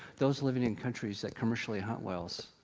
those living in countries that commercially hunt whales.